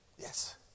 Yes